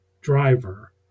driver